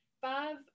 five